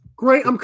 Great –